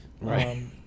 Right